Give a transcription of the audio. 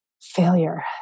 failure